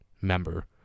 member